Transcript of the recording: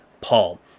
Paul